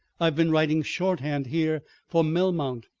i have been writing shorthand here for melmount,